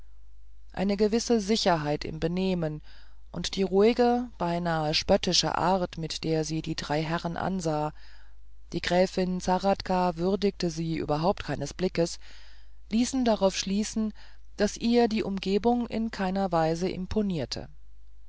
eine gewisse sicherheit im benehmen und die ruhige beinahe spöttische art mit der sie die drei herren ansah die gräfin zahradka würdigte sie überhaupt keines blickes ließen darauf schließen daß ihr die umgebung in keiner weise imponierte